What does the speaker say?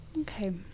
Okay